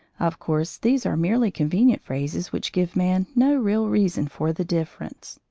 of course these are merely convenient phrases which give man no real reason for the difference.